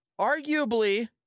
arguably